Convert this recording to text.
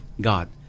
God